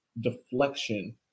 deflection